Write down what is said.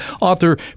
author